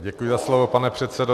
Děkuji za slovo, pane předsedo.